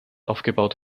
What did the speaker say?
aufgebaut